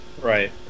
Right